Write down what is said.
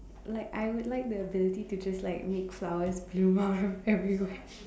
like I would like the ability to just like make flowers bloom out of everywhere